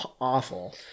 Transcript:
awful